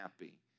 happy